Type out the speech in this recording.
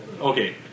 okay